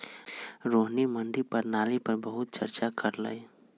रोहिणी मंडी प्रणाली पर बहुत चर्चा कर लई